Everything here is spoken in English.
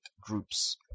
groups